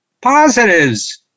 positives